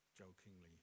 jokingly